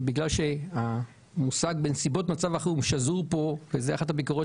בגלל שהמושג בנסיבות מצב החירום שזור כאן וזו אחת הביקורות